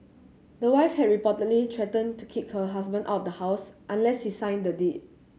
the wife had reportedly threatened to kick her husband of the house unless he signed the deed